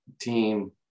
team